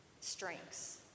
strengths